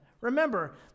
Remember